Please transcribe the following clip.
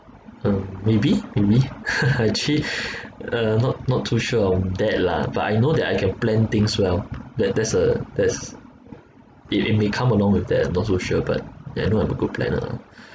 um maybe maybe actually uh not not too sure of that lah but I know that I can plan things well that that's a that's it it may come along with that I'm not so sure but yeah I know I'm a good planner